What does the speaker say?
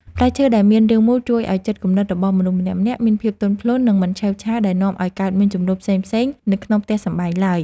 ផ្លែឈើដែលមានរាងមូលជួយឱ្យចិត្តគំនិតរបស់មនុស្សម្នាក់ៗមានភាពទន់ភ្លន់ និង មិនឆេវឆាវដែលនាំឱ្យកើតមានជម្លោះផ្សេងៗនៅក្នុងផ្ទះសម្បែងឡើយ។